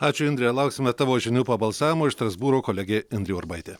ačiū indre lauksime tavo žinių po balsavimo iš strasbūro kolegė indrė urbaitė